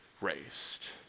raised